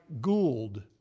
Gould